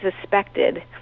suspected